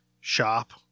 shop